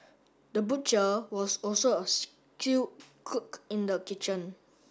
the butcher was also a skilled cook in the kitchen